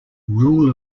rule